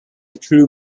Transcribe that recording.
true